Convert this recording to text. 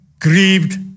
grieved